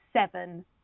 seven